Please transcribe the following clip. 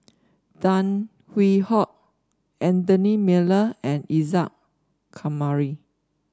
Tan Hwee Hock Anthony Miller and Isa Kamari